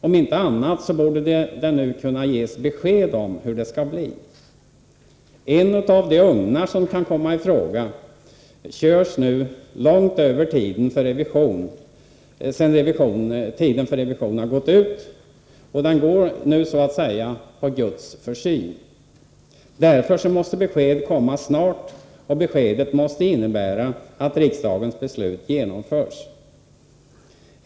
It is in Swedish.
Om inte annat så borde det nu kunna ges besked om hur det skall bli. En av de ugnar som kan komma i fråga har nu körts långt över tiden för revision och går nu så att säga på Guds försyn. Därför måste ett besked komma snart, och beskedet måste innebära att riksdagens beslut genomförs.